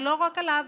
אבל לא רק עליה,